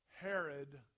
Herod